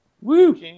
Woo